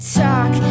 talk